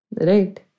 Right